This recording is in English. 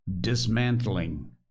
dismantling